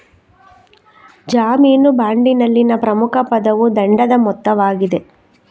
ಜಾಮೀನು ಬಾಂಡಿನಲ್ಲಿನ ಪ್ರಮುಖ ಪದವು ದಂಡದ ಮೊತ್ತವಾಗಿದೆ